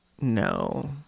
No